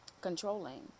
controlling